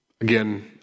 again